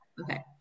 Okay